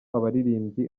abaririmbyi